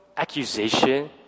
accusation